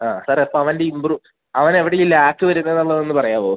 ആ സാറെ അപ്പം അവൻ്റെ ഇമ്പ്രൂ അവൻ എവിടെ ഈ ലാപ്സ് വരുന്നതെന്ന് ഉള്ളതൊന്ന് പറയാമോ